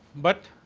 but,